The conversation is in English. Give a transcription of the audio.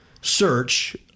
search